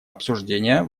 обсуждения